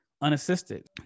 unassisted